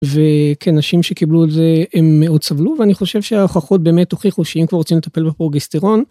וכן נשים שקיבלו את זה הם מאוד סבלו ואני חושב שההוכחות באמת הוכיחו שאם כבר רוצים לטפל בפרוגסטירון.